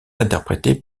interprétée